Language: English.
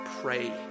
Pray